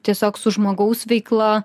tiesiog su žmogaus veikla